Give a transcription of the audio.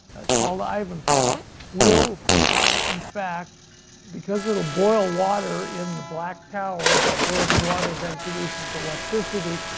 it's called ivanpah ah will in fact because it will boil water in the black tower that boiling water then produces electricity,